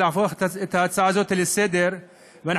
להפוך את ההצעה הזאת להצעה לסדר-היום,